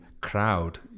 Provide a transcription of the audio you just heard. crowd